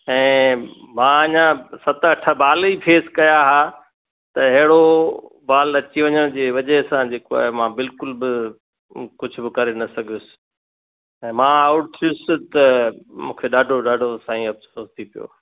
ऐं मां अञा सत अठ बाल ई फेस कया त अहिड़ो बाल अची वञण जे वजह सां जेको आहे मां बिल्कुल बि कुछ बि करे न सघियुसि ऐं मां आऊट थियुसि त मूंखे ॾाढो ॾाढो साईं अफ़सोसु थी पियो